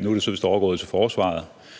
Nu er det så vist overgået til forsvaret.